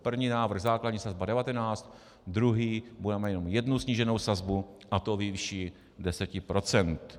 První návrh základní sazba 19, druhý budeme mít jenom jednu sníženou sazbu, a to ve výši 10 %.